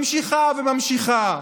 נמשכת ונמשכת.